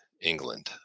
England